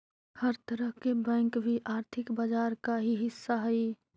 हर तरह के बैंक भी आर्थिक बाजार का ही हिस्सा हइ